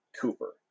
Cooper